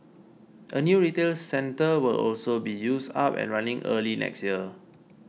a new retails centre will also be used up and running early next year